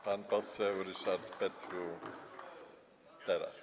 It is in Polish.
Pan poseł Ryszard Petru, Teraz!